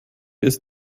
ist